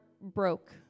broke